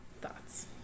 Thoughts